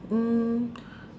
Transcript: mm